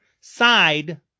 side